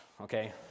okay